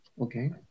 Okay